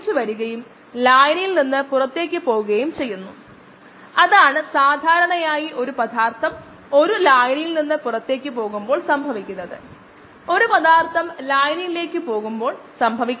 Km lnSS0S S0vm Or Km lnS0SS0 Svmt മൊത്തം enzyme സാന്ദ്രത മൂന്നിരട്ടിയായിരിക്കുമ്പോൾ എന്താണ് പ്രധാനമായും സംഭവിക്കുന്നത്